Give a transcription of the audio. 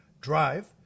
Drive